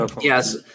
Yes